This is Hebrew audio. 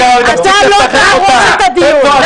אתה לא תהרוס את הדיון.